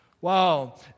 Wow